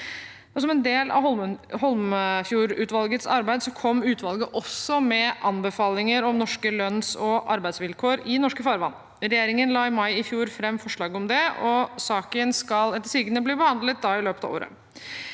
Som en del av Holmefjord-utvalgets arbeid kom utvalget også med anbefalinger om norske lønns- og arbeidsvilkår i norske farvann. Regjeringen la i mai i fjor fram forslag om det, og saken skal etter sigende bli be handlet i løpet av året.